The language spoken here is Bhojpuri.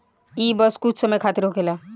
ई बस कुछ समय खातिर होखेला